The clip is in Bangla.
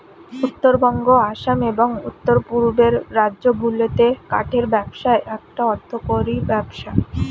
উত্তরবঙ্গ, আসাম, এবং উওর পূর্বের রাজ্যগুলিতে কাঠের ব্যবসা একটা অর্থকরী ব্যবসা